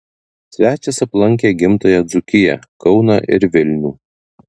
svečias aplankė gimtąją dzūkiją kauną ir vilnių